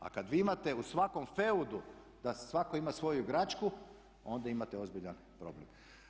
A kad vi imate u svakom feudu da svatko ima svoju igračku onda imate ozbiljan problem.